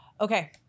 Okay